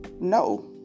no